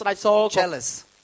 jealous